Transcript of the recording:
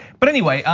but anyway,